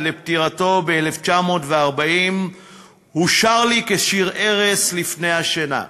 לפטירתו ב-1940 הושר לי כשיר ערש לפני השינה.